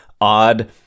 odd